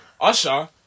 Usher